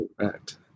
right